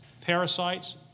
Parasites